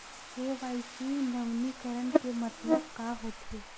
KYC नवीनीकरण के मतलब का होथे?